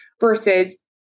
versus